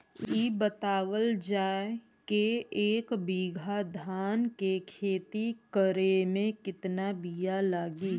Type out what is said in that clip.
इ बतावल जाए के एक बिघा धान के खेती करेमे कितना बिया लागि?